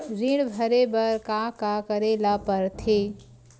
ऋण भरे बर का का करे ला परथे?